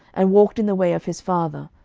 and walked in the way of his father,